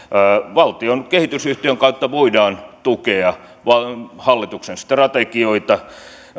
valtion kehitysyhtiön kautta voidaan tukea hallituksen strategioita